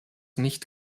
nicht